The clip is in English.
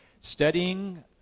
studying